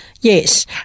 Yes